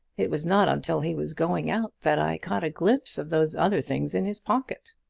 it was not until he was going out that i caught a glimpse of those other things in his pocket.